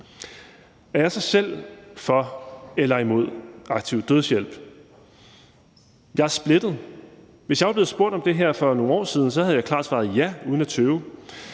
Er jeg så selv for eller imod aktiv dødshjælp? Jeg er splittet. Hvis jeg var blevet spurgt om det her for nogle år siden, havde jeg klart svaret ja uden at tøve.